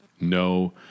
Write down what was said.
No